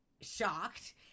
shocked